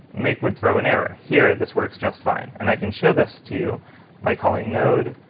make would throw an error. here, this works just fine. and i can show this to you by calling node